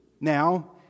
Now